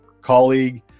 colleague